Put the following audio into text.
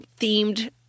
themed